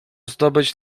zdobyć